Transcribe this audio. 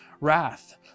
wrath